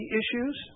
issues